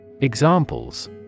Examples